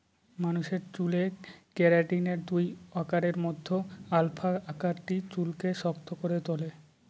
মানুষের চুলে কেরাটিনের দুই আকারের মধ্যে আলফা আকারটি চুলকে শক্ত করে তুলে